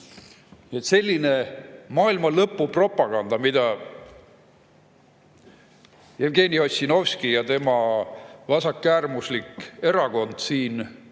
selline maailmalõpu propaganda, mida Jevgeni Ossinovski ja tema vasakäärmuslik erakond siin